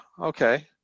Okay